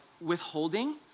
withholding